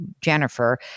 Jennifer